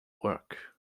work